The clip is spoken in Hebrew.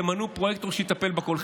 תמנו פרויקטור שיטפל בכול.